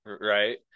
Right